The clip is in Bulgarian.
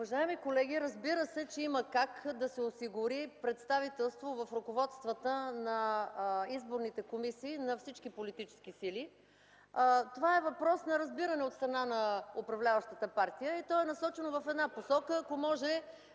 Уважаеми колеги, разбира се, че има как да се осигури представителство в ръководствата на изборните комисии на всички политически сили. Това е въпрос на разбиране от страна на управляващата партия и то е насочено в една посока, ако може